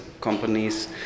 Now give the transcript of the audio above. companies